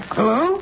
Hello